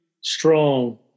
strong